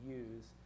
use